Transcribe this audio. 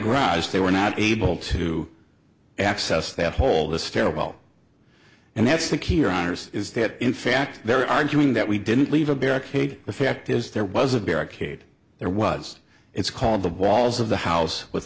rise they were not able to access the whole this terrible and that's the key here is that in fact they're arguing that we didn't leave a barricade the fact is there was a barricade there was it's called the walls of the house with